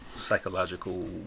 psychological